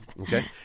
Okay